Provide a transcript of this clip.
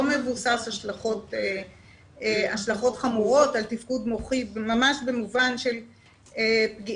לא מבוסס השלכות חמורות על תפקוד מוחי ממש במובן של פגיעת